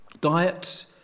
Diet